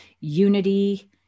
unity